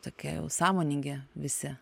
tokia jau sąmoningi visi